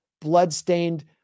bloodstained